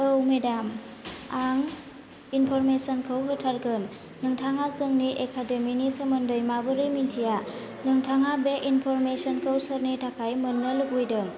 औ मेडाम आं इन्फ'रमेसनखौ होथारगोन नोंथाङा जोंनि एकाडेमिनि सोमोन्दै माबोरै मोन्थिया नोंथाङा बे इन्फ'र्मेशनखौ सोरनि थाखाय मोन्नो लुबैदों